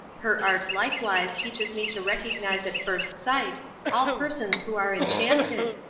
her art likewise teaches me to recognise at first sight all persons who are enchanted,